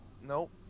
nope